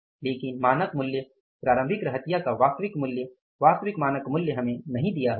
लेकिन मानक मूल्य प्रारंभिक रहतिया का वास्तविक मूल्य हमें नहीं दिया हुआ है